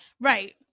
Right